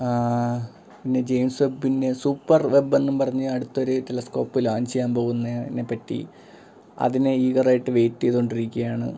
പിന്നെ ജെയിംസ്വെബിൻ്റെ സൂപ്പർ വെബെന്നും പറഞ്ഞ് അടുത്തൊരു ടെലസ്കോപ്പ് ലാഞ്ചെയ്യാൻ പോകുന്നതിനെപ്പറ്റി അതിനെ ഈഗറായിട്ട് വെയ്റ്റേതോണ്ടിരിക്കുകയാണ്